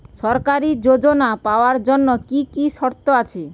সরকারী যোজনা পাওয়ার জন্য কি কি শর্ত আছে?